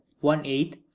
one-eighth